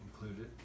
included